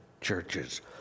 churches